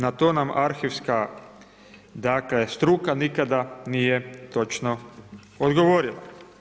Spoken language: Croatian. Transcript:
Na to nam arhivska, dakle struka nikada nije točno odgovorila.